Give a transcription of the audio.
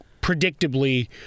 Predictably